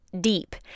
deep